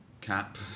cap